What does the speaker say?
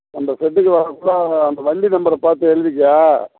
நம்ம ஷெட்டுக்கு வரப்போ அந்த வண்டி நம்பரை பார்த்து எழுதிக்க